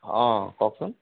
অঁ কওকচোন